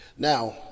Now